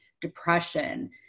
depression